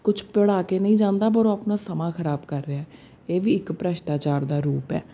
ਕੁਛ ਪੜ੍ਹਾ ਕੇ ਨਹੀਂ ਜਾਂਦਾ ਪਰ ਉਹ ਆਪਣਾ ਸਮਾਂ ਖਰਾਬ ਕਰ ਰਿਹਾ ਹੈ ਇਹ ਵੀ ਇੱਕ ਭ੍ਰਿਸ਼ਟਾਚਾਰ ਦਾ ਰੂਪ ਹੈ